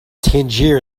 tangier